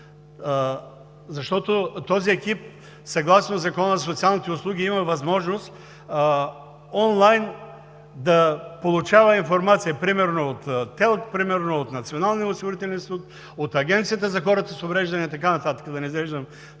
защото този екип съгласно Закона за социалните услуги има възможност онлайн да получава информация, примерно от ТЕЛК, от Националния осигурителен институт, от Агенцията за хората с увреждания и така нататък, да не изреждам